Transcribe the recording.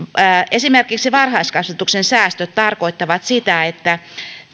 esimerkiksi varhaiskasvatuksen säästöt tarkoittavat sitä että